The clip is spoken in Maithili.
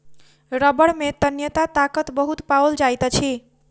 रबड़ में तन्यता ताकत बहुत पाओल जाइत अछि